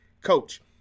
coach